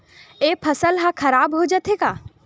से फसल ह खराब हो जाथे का?